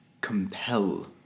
compel